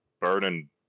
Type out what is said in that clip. burning